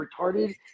retarded